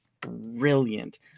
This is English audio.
brilliant